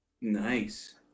Nice